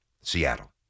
Seattle